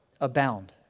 abound